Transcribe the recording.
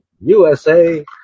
USA